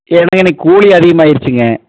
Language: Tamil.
ஏன்னா இன்னக்கு கூலி அதிகமாயிருச்சுங்க